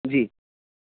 جی